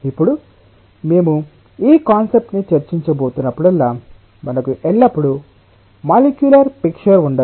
ఇప్పుడు మేము ఈ కాన్సెప్ట్స్ ని చర్చించబోతున్నప్పుడల్లా మనకు ఎల్లప్పుడూ మాలిక్యులర్ పిక్చర్ ఉండదు